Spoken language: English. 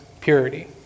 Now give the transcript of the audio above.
purity